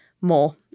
more